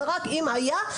זה רק אם היה.